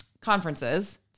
conferences